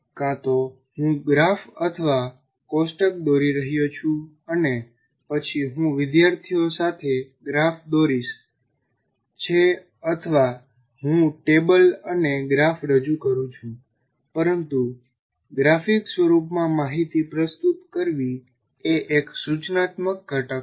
કાં તો હું ગ્રાફ અથવા કોષ્ટક દોરી રહ્યો છું અને પછી હું વિદ્યાર્થીઓ સાથે ગ્રાફ દોરીસ છે અથવા હું ટેબલ અને ગ્રાફ રજૂ કરું છું પરંતુ ગ્રાફિક સ્વરૂપમાં માહિતી પ્રસ્તુત કરવી એ એક સૂચનાત્મક ઘટક છે